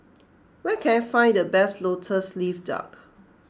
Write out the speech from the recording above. where can I find the best Lotus Leaf Duck